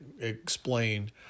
explain